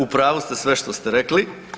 U pravu ste sve što ste rekli.